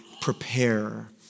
prepare